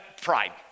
pride